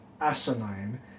asinine